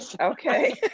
okay